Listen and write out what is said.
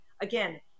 Again